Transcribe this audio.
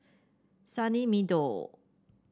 Sunny Meadow